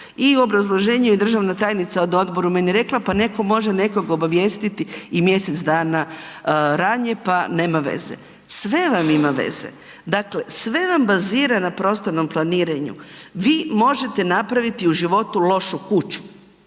i obrazloženje je državna tajnica .../Govornik se ne razumije./... meni rekla pa netko može nekog obavijestiti i mjesec dana ranije pa nema veze. Sve vam ima veze. Dakle, sve vam bazira na prostornom planiranju. Vi možete napraviti u životu lošu kuću